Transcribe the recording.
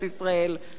וצדקנו.